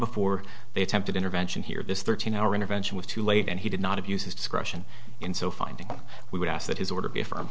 before they attempted intervention here this thirteen hour intervention was too late and he did not abuse his discretion in so finding we would ask that his order